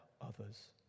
others